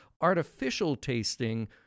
artificial-tasting